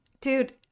Dude